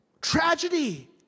tragedy